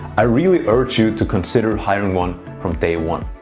i really urge you to consider hiring one from day one.